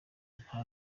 nta